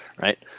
right